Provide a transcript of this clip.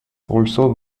also